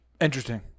Interesting